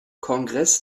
kongress